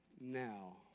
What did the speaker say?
now